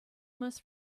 must